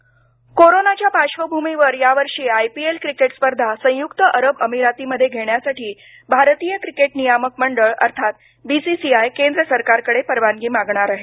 I P L कोरोनाच्या पार्श्वभूमीवर यावर्षी आय पिईल क्रिकेट स्पर्धा संयुक्त अरब अमिरातीमध्ये घेण्यासाठी भारतीय क्रिकेट नियामक मंडळ अर्थात बीसीसीआय केंद्र सरकारकडे परवानगी मागणार आहे